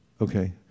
Okay